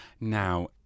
now